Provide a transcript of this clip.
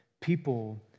people